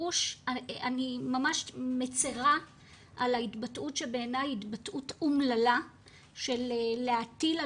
--- אני ממש מצרה על ההתבטאות שבעיניי היא התבטאות אומללה של להטיל,